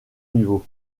niveaux